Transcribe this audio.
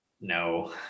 No